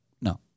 No